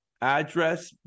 address